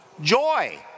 Joy